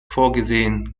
vorgesehen